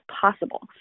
possible